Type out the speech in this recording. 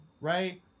Right